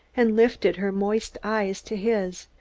and lifted her moist eyes to his.